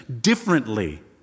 differently